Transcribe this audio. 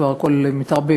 כבר הכול מתערבב,